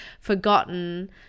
forgotten